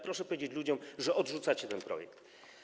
Proszę powiedzieć ludziom, że odrzucacie ten projekt.